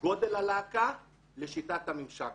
גודל הלהקה לשיטת הממשק.